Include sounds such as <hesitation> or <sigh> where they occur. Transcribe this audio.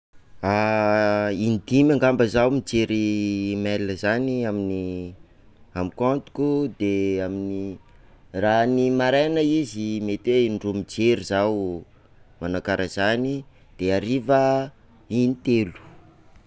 <hesitation> Indimy angamba zaho mijery mail zany amin'ny amy comptiko, de amin'ny- raha ny maraina izy mety hoe indroa mijery zaho, manao karaha zany, de hariva intelo.